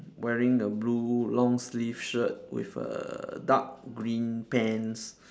wearing a blue long sleeve shirt with a dark green pants